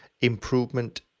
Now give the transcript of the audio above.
improvement